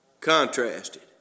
contrasted